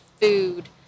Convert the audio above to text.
food